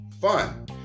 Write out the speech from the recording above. fun